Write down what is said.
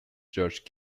george